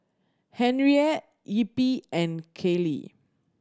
Henriette Eppie and Caylee